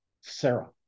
Sarah